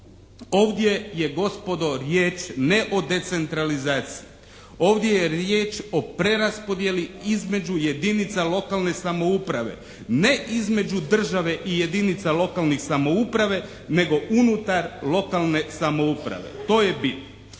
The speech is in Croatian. ovdje je gospodo riječ ne o decentralizaciji. Ovdje je riječ o preraspodjeli između jedinica lokalne samouprave, ne između države i jedinica lokalnih samouprava nego unutar lokalne samouprave. To je bit.